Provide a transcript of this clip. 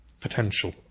potential